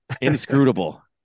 inscrutable